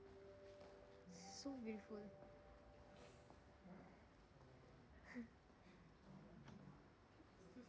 so